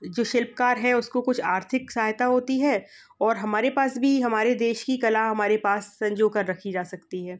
जो शिल्पकार है उसको कुछ आर्थिक सहायता होती है और हमारे पास भी हमारे देश की कला हमारे पास संजो कर रखी जा सकती है